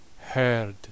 heard